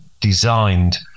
designed